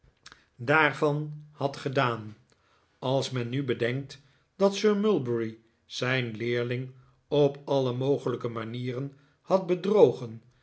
had gedaan als men nu bedenkt dat sir mulberry zijn leerling op alle mogelijke manieren had bedrogen